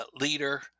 leader